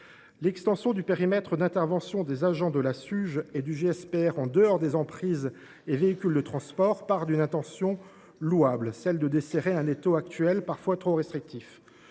L’extension du périmètre d’intervention des agents de la Suge et du GPSR en dehors des emprises et véhicules de transport part d’une intention louable, celle de desserrer un étau parfois trop restrictif.